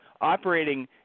operating